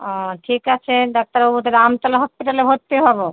ও ঠিক আছে ডাক্তারবাবু তাহলে আমতলা হসপিটালে ভর্তি হবো